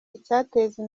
icyateza